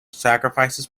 sacrifices